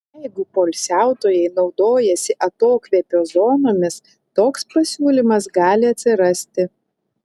jeigu poilsiautojai naudojasi atokvėpio zonomis toks pasiūlymas gali atsirasti